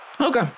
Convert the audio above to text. Okay